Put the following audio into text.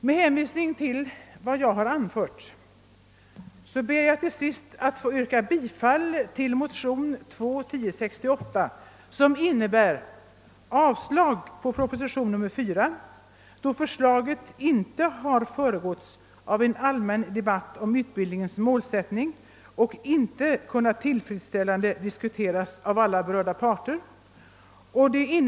Med hänvisning till vad jag har anfört ber jag till sist att få yrka bifall till motion II: 1038, vilket innebär avslag på proposition nr 4, emedan förslaget inte har föregåtts av en allmän debatt om utbildningens målsättning och inte kunnat tillfredsställande diskuteras av alla berörda parter.